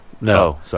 No